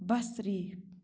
بصری